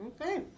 Okay